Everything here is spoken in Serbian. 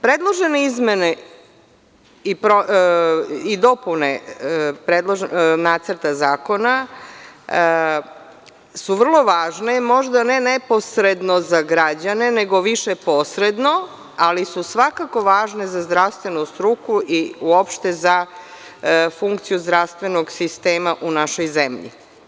Predložene izmene i dopune Nacrta zakona su vrlo važne, možda ne neposredno za građane, nego više posredno, ali su svakako važne za zdravstvenu struku i uopšte za funkciju zdravstvenog sistema u našoj zemlji.